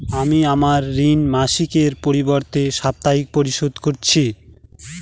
আমি আমার ঋণ মাসিকের পরিবর্তে সাপ্তাহিক পরিশোধ করছি